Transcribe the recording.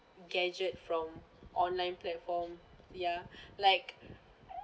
gadget from online platform ya like